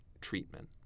treatment